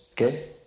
okay